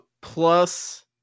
plus